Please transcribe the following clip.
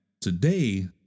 today